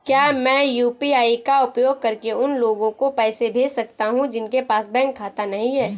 क्या मैं यू.पी.आई का उपयोग करके उन लोगों को पैसे भेज सकता हूँ जिनके पास बैंक खाता नहीं है?